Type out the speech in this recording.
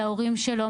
להורים שלו,